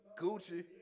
Gucci